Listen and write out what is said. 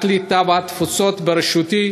הקליטה והתפוצות שבראשותי,